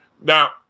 Now